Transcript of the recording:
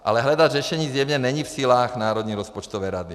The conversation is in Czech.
Ale hledat řešení zjevně není v silách Národní rozpočtové rady.